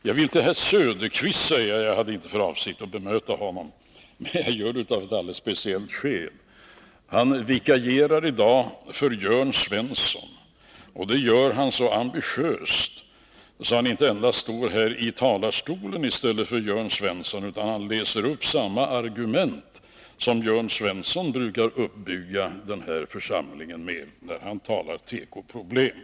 Jag hade inte för avsikt att bemöta herr Söderqvist, men jag skall göra det av ett alldeles speciellt skäl. Han vikarierar i dag för Jörn Svensson, och det gör han så ambitiöst att han inte endast står här i talarstolen i stället för Jörn Svensson, utan han läser upp samma argument som Jörn Svensson brukar uppbygga denna församling med när han talar om tekoproblem.